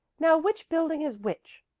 now which building is which?